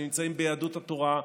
ונמצאים ביהדות התורה,